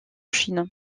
chine